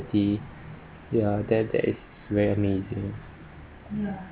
ya that that is very amazing